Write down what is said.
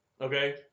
Okay